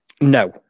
No